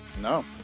No